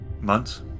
months